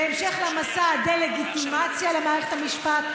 בהמשך למסע הדה-לגיטימציה למערכת המשפט,